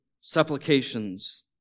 supplications